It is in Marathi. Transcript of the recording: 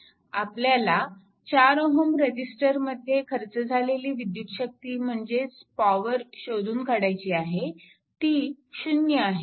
आपल्याला 4 Ω रेजिस्टरमध्ये खर्च झालेली विद्युत शक्ती म्हणजेच पॉवर शोधून काढायची आहे ती 0 आहे